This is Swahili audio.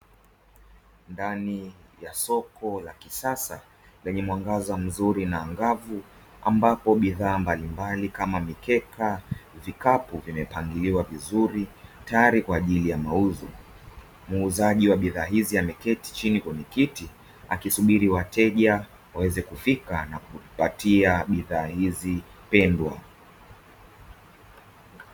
Ndani ya soko la kisasa lenye mwangaza mzuri na angavu, ambapo bidhaa mbalimbali kama mikeka, vikapu; vimepangiliwa vizuri tayari kwa ajili ya mauzo. Muuzaji wa bidhaa hizi ameketi chini kwenye kiti, akisubiri wateja waweze kufika na kujipatia bidhaa hizi pendwa.